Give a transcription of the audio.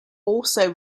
also